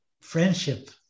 friendship